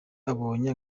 abonye